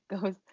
goes